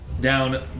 down